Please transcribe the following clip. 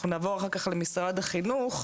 אנחנו נעבור אחר כך למשרד החינוך,